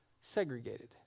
segregated